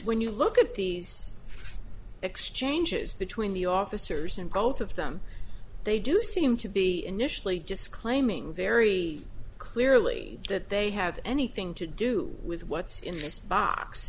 when you look at these exchanges between the officers and both of them they do seem to be initially just claiming very clearly that they had anything to do with what's in this box